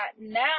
now